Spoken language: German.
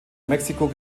mexiko